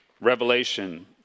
revelation